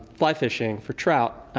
fly fishing for trout.